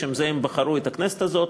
לשם זה הם בחרו את הכנסת הזאת,